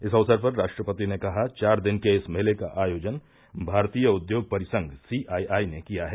इस अवसर पर राष्ट्रपति ने कहा चार दिन के इस मेले का आयोजन भारतीय उद्योग परिसंघ सी आई आई ने किया है